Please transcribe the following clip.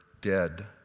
dead